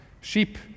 Sheep